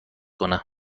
کنه